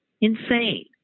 Insane